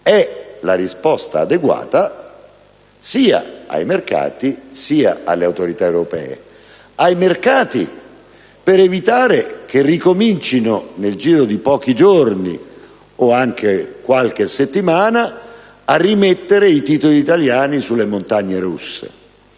la risposta adeguata, sia ai mercati, sia alle autorità europee: ai mercati, per evitare che ricomincino, nel giro di pochi giorni, o anche di qualche settimana, a mettere i titoli italiani sulle montagne russe;